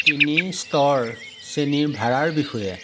তিনি স্তৰ শ্ৰেণীৰ ভাড়াৰ বিষয়ে